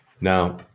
Now